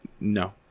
No